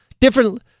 different